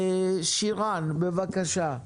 שירן, בבקשה.